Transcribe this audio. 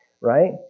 right